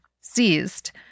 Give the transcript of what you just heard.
seized